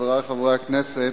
חברי חברי הכנסת,